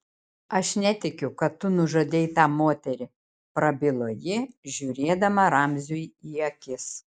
aš netikiu kad tu nužudei tą moterį prabilo ji žiūrėdama ramziui į akis